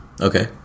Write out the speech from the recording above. Okay